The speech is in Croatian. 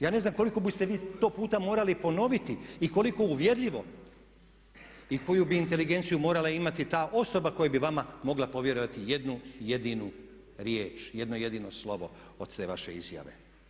Ja ne znam koliko biste vi to puta morali ponoviti i koliko uvjerljivo i koju bi inteligenciju morala imati ta osoba koja bi vama mogla povjerovati jednu jedinu riječ, jedno jedino slovo od te vaše izjave.